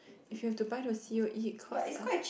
if you have to buy the c_o_e it cost a